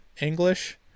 English